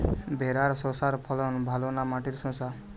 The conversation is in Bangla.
ভেরার শশার ফলন ভালো না মাটির শশার?